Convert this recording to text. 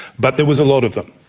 but there was a lot of them.